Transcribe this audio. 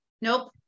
nope